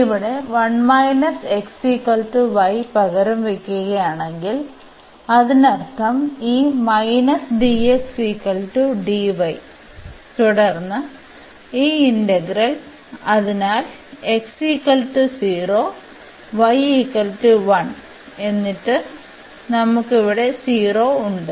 ഇവിടെ പകരം വയ്ക്കുകയാണെങ്കിൽ അതിനർത്ഥം ഈ തുടർന്ന് ഈ ഇന്റഗ്രൽ അതിനാൽ x 0 അതിനാൽ y 1 എന്നിട്ട് നമുക്ക് ഇവിടെ 0 ഉണ്ട്